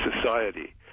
society